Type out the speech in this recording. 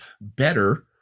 better